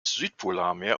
südpolarmeer